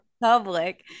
public